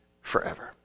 forever